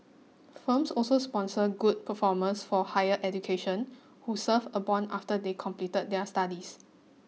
firms also sponsor good performers for higher education who serve a bond after they complete their studies